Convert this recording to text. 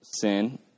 sin